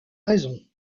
raison